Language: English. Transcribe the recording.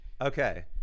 Okay